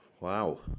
Wow